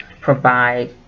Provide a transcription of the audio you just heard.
provide